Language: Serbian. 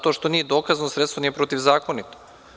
To što nije dokazno sredstvo nije protivzakonito.